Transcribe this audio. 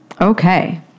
Okay